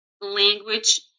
language